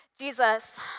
Jesus